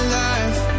life